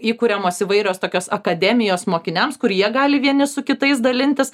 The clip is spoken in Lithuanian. įkuriamos įvairios tokios akademijos mokiniams kur jie gali vieni su kitais dalintis